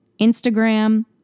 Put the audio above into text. Instagram